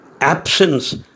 Absence